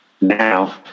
Now